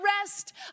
rest